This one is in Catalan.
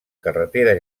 carretera